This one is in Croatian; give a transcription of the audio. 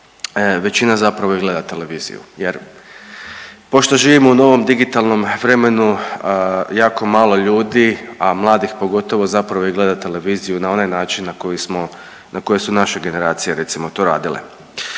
većina zapravo i gleda televiziju. Jer pošto živimo u novom digitalnom vremenu jako malo ljudi a mladih pogotovo zapravo i gleda televiziju na onaj način na koje su naše generacije recimo to radile.